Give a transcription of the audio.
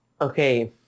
Okay